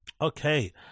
okay